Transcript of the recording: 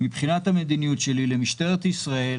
מבחינת המדיניות שלי למשטרת ישראל